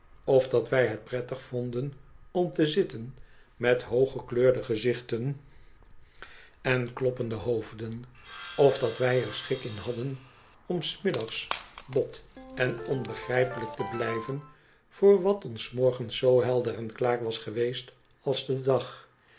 of dat wij het prettig vonden om te zitten met hoog gekleurde gezichten en kloppende hoofden of dat wij er schik in hadden om s middags bot en onbegrijpelijk te blijven voor wat ons s morgens zoo helder en klaar was geweest als de dag